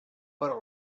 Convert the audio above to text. però